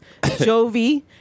Jovi